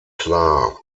klar